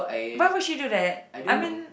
why would she do that I mean